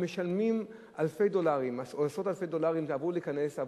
הם משלמים אלפי דולרים או עשרות אלפי דולרים עבור כניסה,